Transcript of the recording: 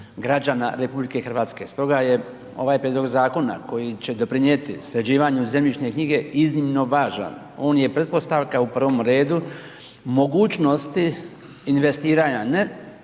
građana RH. Stoga je ovaj prijedlog zakona koji će doprinjeti sređivanju zemljišne knjige iznimno važan, on je pretpostavka u prvom redu mogućnosti investiranja, ne